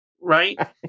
right